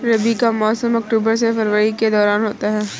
रबी का मौसम अक्टूबर से फरवरी के दौरान होता है